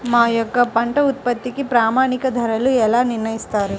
మా యొక్క పంట ఉత్పత్తికి ప్రామాణిక ధరలను ఎలా నిర్ణయిస్తారు?